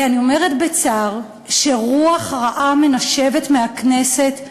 אני אומרת בצער שרוח רעה מנשבת מהכנסת.